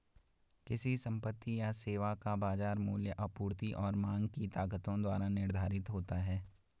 किसी संपत्ति या सेवा का बाजार मूल्य आपूर्ति और मांग की ताकतों द्वारा निर्धारित होता है